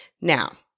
Now